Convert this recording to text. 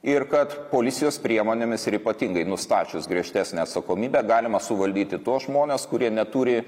ir kad policijos priemonėmis ir ypatingai nustačius griežtesnę atsakomybę galima suvaldyti tuos žmones kurie neturi